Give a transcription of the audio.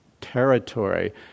territory